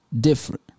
different